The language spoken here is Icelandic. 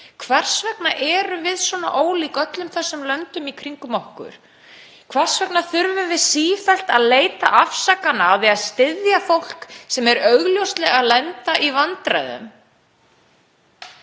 Hvers vegna erum við svona ólík öllum löndum í kringum okkur? Hvers vegna þurfum við sífellt að leita afsakana fyrir því að styðja ekki fólk sem er augljóslega að lenda í vandræðum?